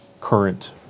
current